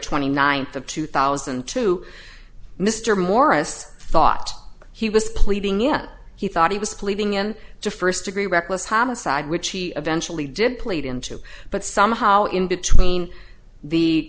twenty ninth of two thousand and two mr morris thought he was pleading if he thought he was pleading in the first degree reckless homicide which he eventually did plead into but somehow in between the